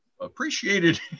appreciated